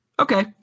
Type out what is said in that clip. Okay